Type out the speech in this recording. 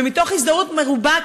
ומתוך הזדהות מרובה,